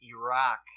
Iraq